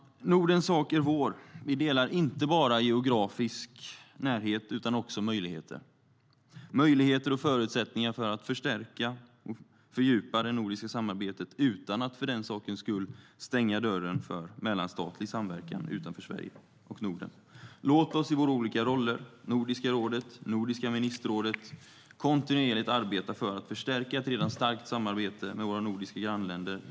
Nordens sak är vår. Vi delar inte bara geografisk närhet, utan också möjligheter. Det finns möjligheter och förutsättningar för att förstärka och fördjupa det nordiska samarbetet, utan att för den sakens skull stänga dörren för mellanstatlig samverkan utanför Sverige och Norden. Låt oss i våra olika roller, bland annat inom Nordiska rådet och Nordiska ministerrådet, kontinuerligt arbeta för att förstärka ett redan starkt samarbete med våra nordiska grannländer.